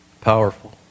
powerful